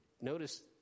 notice